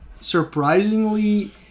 surprisingly